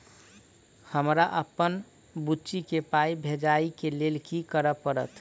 हमरा अप्पन बुची केँ पाई भेजइ केँ लेल की करऽ पड़त?